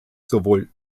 sowohl